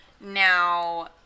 Now